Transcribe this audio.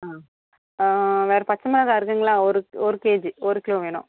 ஆ வேறே பச்சமிளகா இருக்குதுங்களா ஒரு ஒரு கேஜி ஒரு கிலோ வேணும்